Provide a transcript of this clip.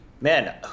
man